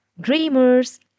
Dreamers